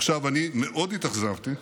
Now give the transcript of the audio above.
עכשיו, אני מאוד התאכזבתי,